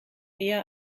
eher